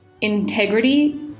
integrity